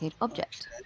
...object